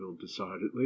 decidedly